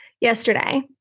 yesterday